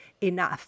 enough